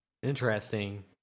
interesting